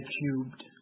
cubed